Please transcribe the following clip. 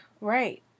Right